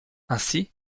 ainsi